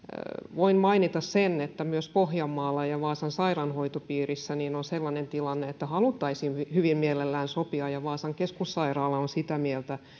voin mainita sen että myös pohjanmaalla ja vaasan sairaanhoitopiirissä on sellainen tilanne että haluttaisiin hyvin mielellään sopia vaasan keskussairaala on sitä mieltä